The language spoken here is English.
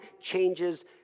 changes